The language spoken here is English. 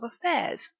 affairs